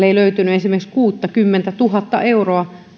ei löytynyt esimerkiksi kuuttakymmentätuhatta euroa